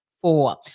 four